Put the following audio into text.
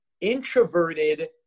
introverted